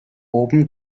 oben